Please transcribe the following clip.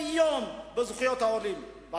חוק ההסדרים יודע כמה תקציבים,